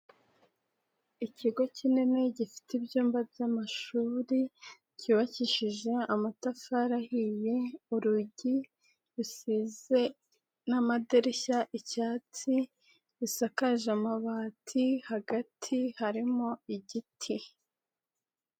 Ikigo kinini gifite ibyumba by'amashuri, byubakishije amatafari ahiye, urugi rusize n'amadirishya icyatsi, bisakaje amabati, hagati harimo igiti.